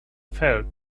felt